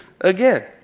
again